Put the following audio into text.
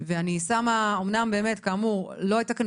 ואני שמה אמנם באמת כאמור לא הייתה כאן